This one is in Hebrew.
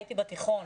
הייתי בתיכון.